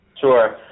Sure